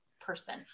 person